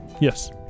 Yes